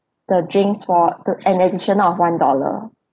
the drinks for to an addition of one dollar